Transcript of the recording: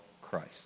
Christ